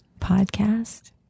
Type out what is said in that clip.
podcast